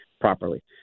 properly